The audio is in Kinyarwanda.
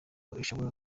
idashobora